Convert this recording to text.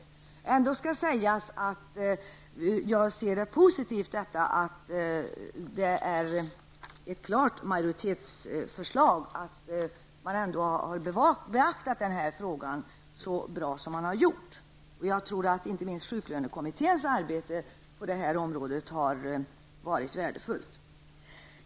Jag ser det emellertid som positivt att det är ett klart majoritetsförslag att man ändå har beaktat denna fråga så bra som man har gjort. Och jag tror att inte minst sjuklönekommitténs arbete på detta område har varit värdefullt.